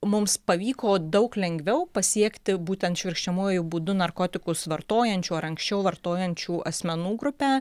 mums pavyko daug lengviau pasiekti būtent švirkščiamuoju būdu narkotikus vartojančių ar anksčiau vartojančių asmenų grupę